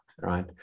right